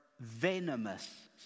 venomous